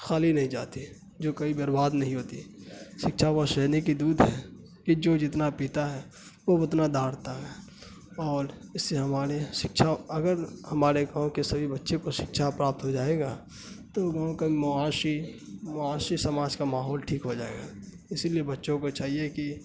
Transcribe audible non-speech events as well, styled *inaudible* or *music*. خالی نہیں جاتی جو کبھی برباد نہیں ہوتی شکچھا وہ *unintelligible* کی دودھ ہے کہ جو جتنا پیتا ہے وہ اتنا دھاڑتا ہے اور اس سے ہمارے شکچھا اگر ہمارے گاؤں کے سبھی بچے کو شکچھا پراپت ہو جائے گا تو گاؤں کا معاشی معاشی سماج کا ماحول ٹھیک ہو جائے گا اسی لیے بچوں کو چاہیے کہ